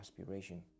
aspiration